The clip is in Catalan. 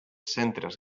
centres